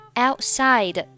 outside